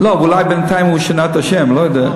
לא, אבל אולי בינתיים הוא שינה את השם, לא יודע.